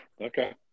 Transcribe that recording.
Okay